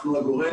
אנחנו הגורם